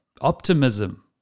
optimism